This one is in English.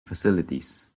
facilities